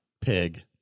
pig